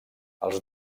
els